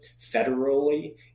federally